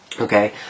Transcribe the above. Okay